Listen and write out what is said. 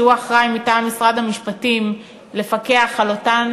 שהוא אחראי מטעם משרד המשפטים לפקח על אותן